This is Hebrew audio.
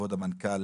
כבוד המנכ"ל